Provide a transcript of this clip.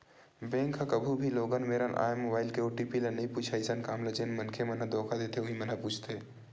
bank ह कभू भी लोगन मेरन आए मोबाईल के ओ.टी.पी ल नइ पूछय अइसन काम ल जेन मनखे मन ह धोखा देथे उहीं मन ह ही पूछथे